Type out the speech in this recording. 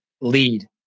lead